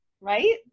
right